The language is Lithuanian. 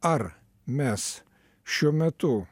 ar mes šiuo metu